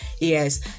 Yes